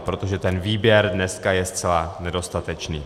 Protože ten výběr dneska je zcela nedostatečný.